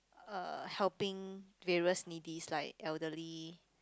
uh helping various needies like elderly